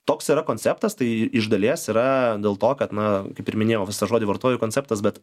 toks yra konceptas tai iš dalies yra dėl to kad na kaip ir minėjau vis tą žodį vartoju konceptas bet